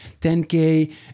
10K